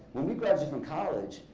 when we graduated from college,